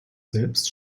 selbst